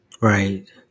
Right